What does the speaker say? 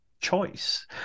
choice